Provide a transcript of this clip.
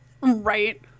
Right